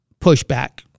pushback